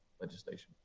legislation